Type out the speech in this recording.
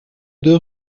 deux